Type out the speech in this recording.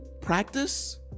practice